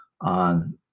on